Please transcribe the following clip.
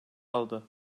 aldı